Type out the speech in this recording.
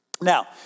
Now